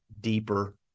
deeper